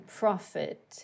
profit